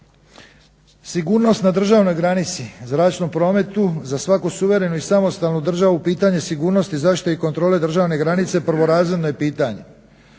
Sigurnost na državnoj granici u zračnom prometu za svaku suverenu i samostalnu državu pitanje sigurnosti, zaštite i kontrole državne granice prvorazredno je pitanje.